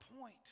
point